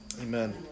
Amen